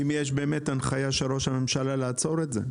האם יש באמת הנחיה של ראש הממשלה לעצור את זה?